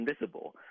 invisible